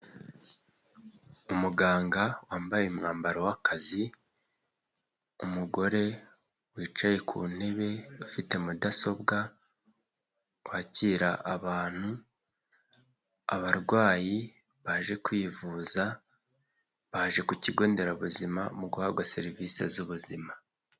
Umuganga wambaye umwambaro w'akazi, umugore wicaye ku ntebe afite mudasobwa wakira abantu abarwayi baje kwivuza baje ku kigo nderabuzima mu guhabwa serivisi z'ubuzima.